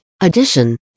addition